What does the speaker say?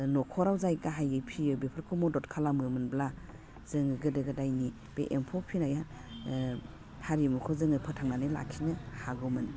न'खराव जाय गाहायै फिसियो बेफोरखौ मदद खालामो मोनब्ला जोङो गोदो गोदायनि बे एम्फौ फिसिनाया हारिमुखौ जोङो फोथांनानै लाखिनो हागौमोन